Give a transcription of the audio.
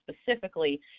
specifically